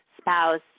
spouse